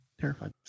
Terrified